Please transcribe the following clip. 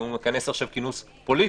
אם הוא מכנס עכשיו כינוס פוליטי.